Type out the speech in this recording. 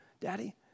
Daddy